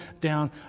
down